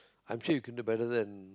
I'm sure you can do better than